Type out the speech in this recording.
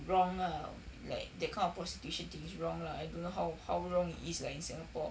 wrong lah like that kind of prostitution thing is wrong lah I don't know how how wrong it is lah in singapore